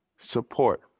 support